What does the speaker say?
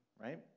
right